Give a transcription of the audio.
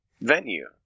venue